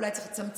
אולי צריך לצמצם,